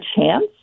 chance